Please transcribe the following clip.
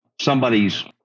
somebody's